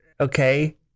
okay